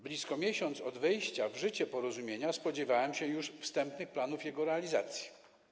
Blisko miesiąc od wejścia w życie porozumienia spodziewałem się już wstępnych planów jego realizacji.